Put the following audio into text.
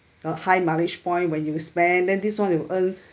the high mileage point when you spend then this [one] you earn